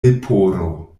leporo